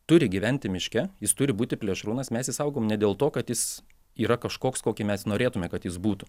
turi gyventi miške jis turi būti plėšrūnas mes ji saugom ne dėl to kad jis yra kažkoks kokį mes norėtume kad jis būtų